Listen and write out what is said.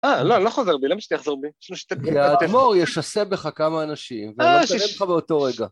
לא, לא. לא חוזר בי. למה שאני אחזור בי? כי האדמור ישסע בך כמה אנשים, ולא תצטרף באותו רגע.